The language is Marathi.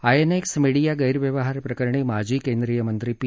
आयएनएक्स मीडिया गैर व्यवहारप्रकरणी माजी केंद्रिय मंत्री पी